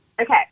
Okay